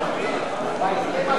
בהסכם הקואליציוני,